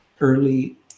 early